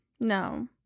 No